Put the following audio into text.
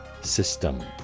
system